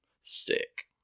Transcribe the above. sick